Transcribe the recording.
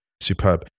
superb